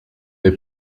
est